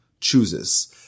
chooses